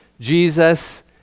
Jesus